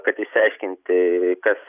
kad išsiaiškinti kas